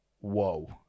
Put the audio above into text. whoa